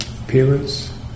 appearance